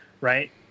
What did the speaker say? right